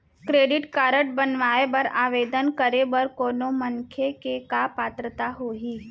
Credit card बनवाए बर आवेदन करे बर कोनो मनखे के का पात्रता होही?